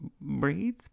breathe